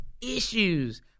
issues